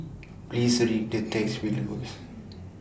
Please Tell Me